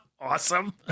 Awesome